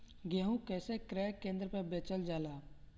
गेहू कैसे क्रय केन्द्र पर बेचल जाला?